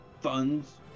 funds